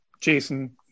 Jason